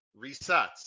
resets